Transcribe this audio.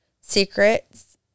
secrets